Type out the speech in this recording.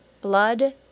Blood